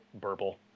burble